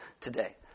today